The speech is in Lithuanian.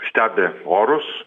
stebi orus